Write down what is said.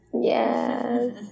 Yes